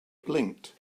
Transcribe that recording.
blinked